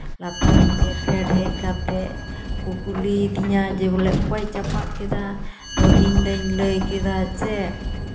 ᱞᱟᱛᱟᱮ ᱛᱮ ᱯᱷᱮᱰ ᱦᱮᱡ ᱠᱟᱛᱮᱫ ᱠᱚ ᱠᱩᱞᱤᱭᱮᱫᱤᱧᱟ ᱵᱚᱞᱮ ᱚᱠᱚᱭ ᱪᱟᱯᱟᱫ ᱠᱮᱫᱟ ᱟᱫᱚ ᱤᱧᱫᱚᱧ ᱪᱮᱫ ᱠᱮᱫᱟ ᱡᱮ